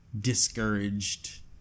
discouraged